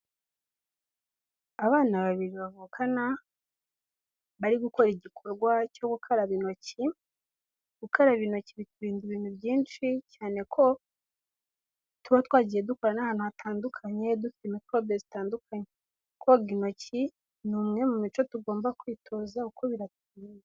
Abana babiri bavukana bari gukora igikorwa cyo gukaraba intoki, gukaraba intoki biturinda ibintu byinshi, cyane ko tuba twagiye dukora n'ahantu hatandukanye, dufite mikorobe zitandukanye, koga intoki ni umwe mu mico tugomba kwitoza, kuko biraturinda.